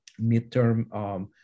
midterm